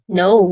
no